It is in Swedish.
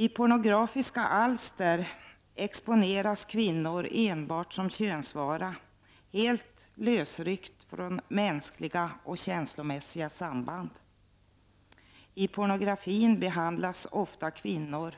I pornografiska alster exponeras kvinnor enbart som könsvara, helt lösryckta från mänskliga och känslomässiga samband. I pornografin behandlas ofta kvinnor